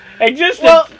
existence